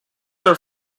were